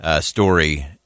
story